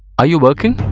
are you working?